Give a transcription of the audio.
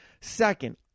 Second